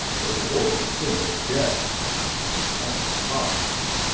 the reward of sin is death that's hard.